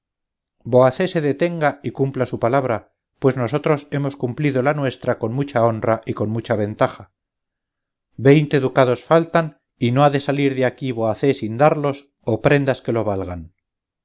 diciéndole voacé se detenga y cumpla su palabra pues nosotros hemos cumplido la nuestra con mucha honra y con mucha ventaja veinte ducados faltan y no ha de salir de aquí voacé sin darlos o prendas que lo valgan